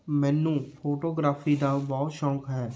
ਮੈਨੂੰ ਫੋਟੋਗ੍ਰਾਫੀ ਦਾ ਬਹੁਤ ਸ਼ੌਂਕ ਹੈ